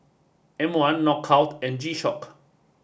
M one Knockout and G Shock